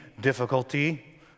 difficulty